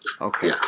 Okay